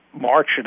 March